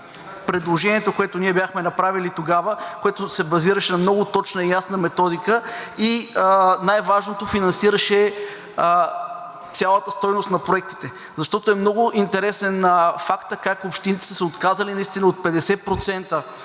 предложението, което ние бяхме направили тогава, което се базираше на много точна и ясна методика. Най важното, финансираше цялата стойност на проектите. Защото е много интересен фактът как общините са се отказали наистина от 50%